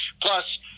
Plus